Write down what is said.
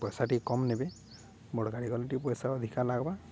ପଇସା ଟିକେ କମ୍ ନେବେ ବଡ଼ ଗାଡ଼ି ଗଲେ ଟିକେ ପଇସା ଅଧିକା ଲାଗ୍ବା